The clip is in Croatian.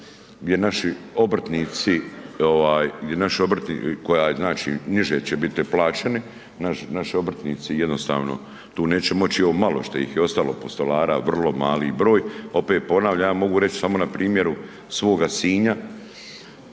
gdje naši, koja je znači niže će biti plaćeni, naši obrtnici jednostavno tu neće moći i ovo malo što ih je ostalo postolara, vrlo malo broj. Opet ponavljam ja mogu reći samo na primjeru svoga Sinja,